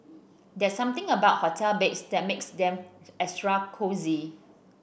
there's something about hotel beds that makes them extra cosy